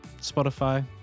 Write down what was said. spotify